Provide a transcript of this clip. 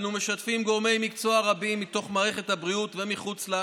אנו משתפים גורמי מקצוע רבים מתוך מערכת הבריאות ומחוצה לה